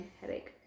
headache